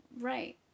Right